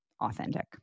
authentic